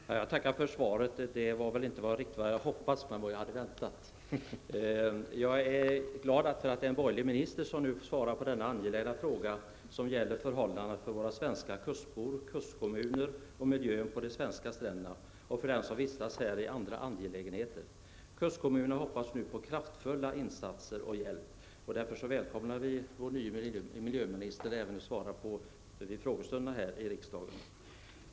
Herr talman! Jag tackar för svaret. Det var väl inte riktigt vad jag hade hoppats, men väl vad jag hade väntat. Jag är glad att det är en borgerlig minister som nu svarar på denna angelägna fråga angående förhållandena för våra svenska kustbor, kustkommuner och miljön på de svenska stränderna och för dem som vistas här i andra angelägenheter. Kustkommunerna hoppas nu på kraftfulla insatser och hjälp. Därför välkomnar vi vår nye miljöminister även till att svara vid frågestunderna här i riksdagen.